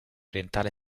orientale